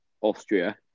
Austria